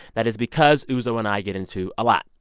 that is because uzo and i get into a lot.